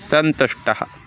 सन्तुष्टः